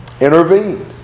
intervened